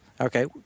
Okay